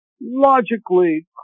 logically